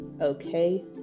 okay